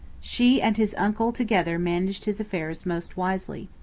she and his uncle together managed his affairs most wisely.